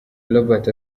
robert